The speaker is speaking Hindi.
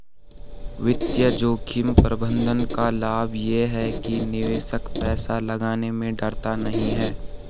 वित्तीय जोखिम प्रबंधन का लाभ ये है कि निवेशक पैसा लगाने में डरता नहीं है